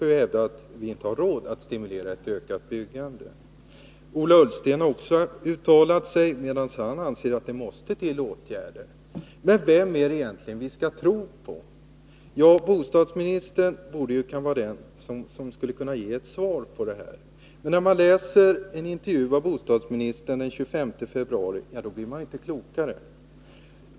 Han har hävdat att vi inte har råd att stimulera ett ökat bostadsbyggande. Ola Ullsten har också uttalat sig, men han anser att det måste till åtgärder. Vem skall vi egentligen tro på? Bostadsministern borde vara den som skulle ge ett svar på frågan. Men när man läser en intervju med bostadsministern från den 25 februari blir man inte klokare.